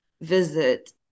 visit